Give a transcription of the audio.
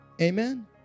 amen